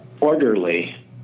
orderly